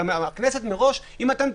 אבל אם אתם תחליטו,